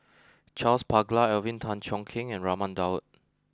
Charles Paglar Alvin Tan Cheong Kheng and Raman Daud